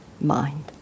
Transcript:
mind